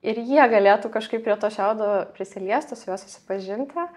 ir jie galėtų kažkaip prie to šiaudo prisiliesti su juo susipažinti